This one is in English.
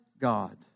God